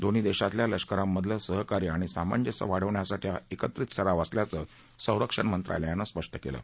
दोन्ही दक्षीतल्या लष्करांमधलं सहकार्य आणि सामंजस्य वाढण्यासाठी हा एकत्रित सराव असल्याचं संरक्षण मंत्रालयानं स्पष्ट कलि